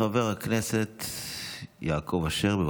חבר הכנסת יעקב אשר, בבקשה.